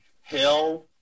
hell